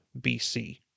BC